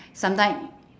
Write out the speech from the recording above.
sometimes